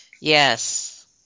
yes